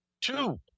Two